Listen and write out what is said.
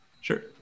Sure